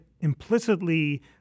implicitly